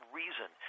reason